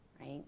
right